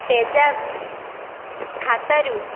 PayZapp